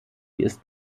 ist